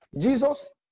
Jesus